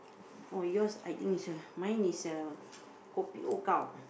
oh yours is I think is uh mine is uh kopi O gao